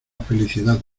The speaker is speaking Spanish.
felicidad